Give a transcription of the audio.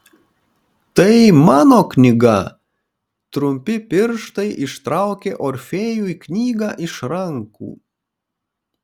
tai mano knyga trumpi pirštai ištraukė orfėjui knygą iš rankų